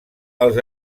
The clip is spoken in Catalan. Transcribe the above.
els